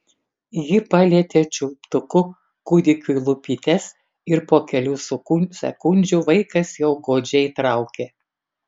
ji palietė čiulptuku kūdikiui lūpytes ir po kelių sekundžių vaikas jau godžiai traukė